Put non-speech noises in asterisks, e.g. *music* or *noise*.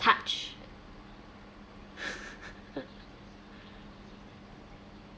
touch *laughs*